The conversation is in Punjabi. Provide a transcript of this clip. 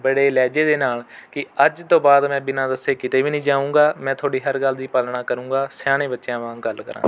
ਬੜੇ ਲਹਿਜੇ ਦੇ ਨਾਲ ਕਿ ਅੱਜ ਤੋਂ ਬਾਅਦ ਮੈਂ ਬਿਨਾਂ ਦੱਸੇ ਕਿਤੇ ਵੀ ਨਹੀਂ ਜਾਉਂਗਾ ਮੈਂ ਤੁਹਾਡੀ ਹਰ ਗੱਲ ਦੀ ਪਾਲਣਾ ਕਰਾਂਗਾਂ ਸਿਆਣੇ ਬੱਚਿਆਂ ਵਾਂਗ ਗੱਲ ਕਰਾਂਗਾ